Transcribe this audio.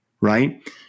right